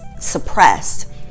suppressed